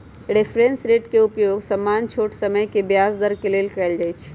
reference rate के उपयोग सामान्य छोट समय के ब्याज दर के लेल कएल जाइ छइ